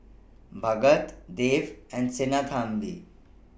Bhagat Dev and Sinnathamby